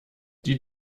die